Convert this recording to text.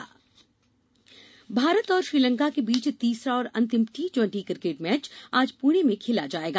cricket Bharat और श्रीलंका के बीच तीसरा और अंतिम टी ट्वेंटी क्रिकेट मैच आज पुणे में खेला जाएगा